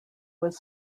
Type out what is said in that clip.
was